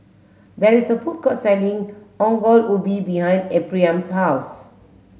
there is a food court selling Ongol Ubi behind Ephriam's house